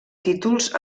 títols